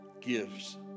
gives